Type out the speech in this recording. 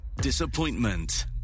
disappointment